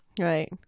Right